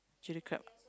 chili crab